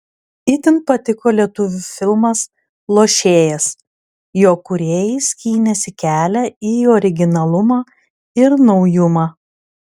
itin patiko lietuvių filmas lošėjas jo kūrėjai skynėsi kelią į originalumą ir naujumą